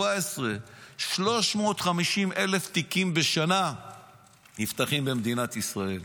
2017. 350,000 תיקים בשנה נפתחים במדינת ישראל,